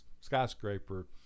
skyscraper